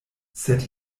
sed